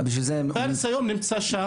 פארס היום נמצא שם.